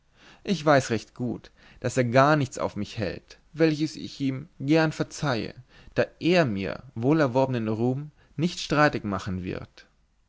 ich weiß recht gut daß er gar nichts auf mich hält welches ich ihm gern verzeihe da er mir wohlerworbnen ruhm nicht streitig machen wird